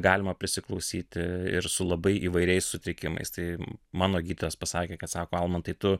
galima prisiklausyti ir su labai įvairiais sutrikimais tai mano gydytojas pasakė kad sako almantai tu